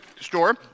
store